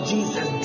Jesus